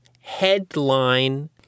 headline